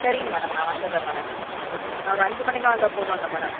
சரிங்க மேடம் நான் வந்துடுறேன் மேடம் ஒரு அஞ்சு மணிக்காக வந்தால் போதும்லே மேடம்